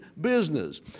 business